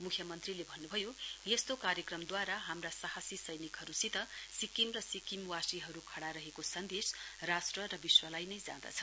मुख्यमन्त्रीले भन्नुभयो यस्तो कार्यक्रमदूवारा हाम्रा साहसी सैनिकहरुसित सिक्किम र सिक्किमवासीहरु खड़ा रहेको सन्देश राष्ट्र र विश्वलाई नै जाँदछ